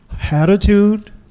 attitude